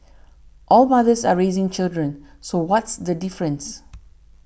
all mothers are raising children so what's the difference